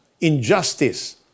injustice